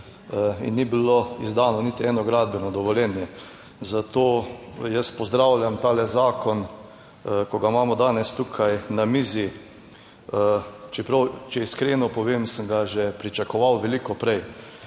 in ni bilo izdano niti eno gradbeno dovoljenje. Zato jaz pozdravljam ta zakon, ki ga imamo danes tukaj na mizi, čeprav, če iskreno povem, sem ga že pričakoval veliko prej,